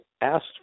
asked